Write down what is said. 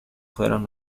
fueron